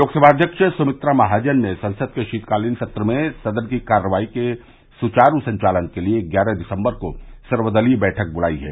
लोकसभा अध्यक्ष सुमित्रा महाजन ने संसद के शीतकालीन सत्र में सदन की कार्यवाही के सुचारू संचालन के लिए ग्यारह दिसम्बर को सर्वदलीय बैठक बुलाई है